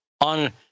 on